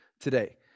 today